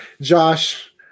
Josh